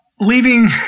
leaving